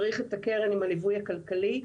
צריך את הקרן עם הליווי הכלכלי,